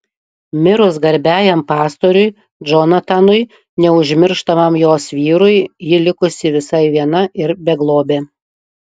mirus garbiajam pastoriui džonatanui neužmirštamam jos vyrui ji likusi visai viena ir beglobė